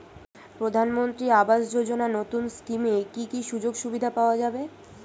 প্রধানমন্ত্রী আবাস যোজনা নতুন স্কিমে কি কি সুযোগ সুবিধা পাওয়া যাবে?